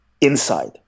inside